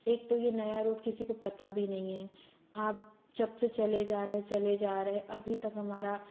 एक तो ये नई रोड किसी को पता भी नहीं है आप जब से चले जा रहे चले जा रहे हैं अभी तक हमारा